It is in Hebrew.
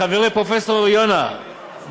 חברי פרופסור יונה,